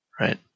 right